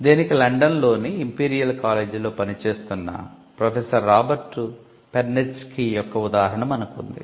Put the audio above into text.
దీనికి లండన్లోని ఇంపీరియల్ కాలేజీలో పని చేస్తున్న ప్రొఫెసర్ రాబర్ట్ పెర్నెజ్కి యొక్క ఉదాహరణ మనకు ఉంది